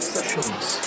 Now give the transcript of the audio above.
Sessions